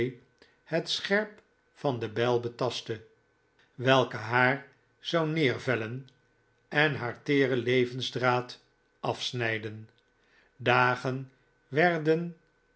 het scherp van de bijl betastte welke haar zou neervellen en haar teeren levensdraad afsnijden dagen werden